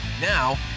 now